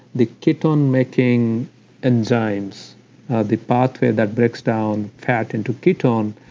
the ketonemaking enzymes are the pathway that breaks down fat into ketone,